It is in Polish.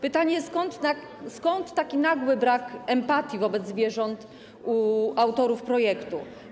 Pytanie, skąd taki nagły brak empatii wobec zwierząt u autorów projektu.